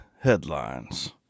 headlines